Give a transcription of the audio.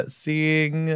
seeing